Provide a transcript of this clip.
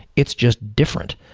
it's just different.